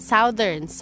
Southern